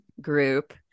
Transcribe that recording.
group